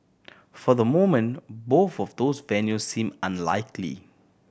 for the moment both of those venues seem unlikely